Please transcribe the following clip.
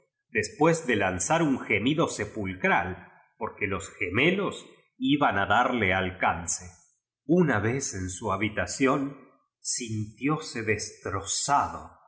después de lan zar un gemido sepulcral porque los geme los iban a darle alcance una vea en su habitación sintióse